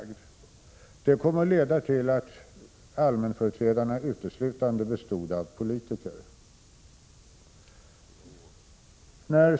Det kom att leda till att allmänföreträdarna utslutande bestod av politiker.